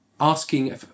asking